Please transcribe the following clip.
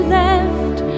left